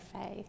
faith